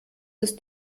ist